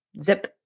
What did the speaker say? zip